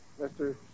Mr